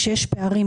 כשיש פערים,